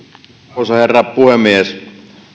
arvoisa herra puhemies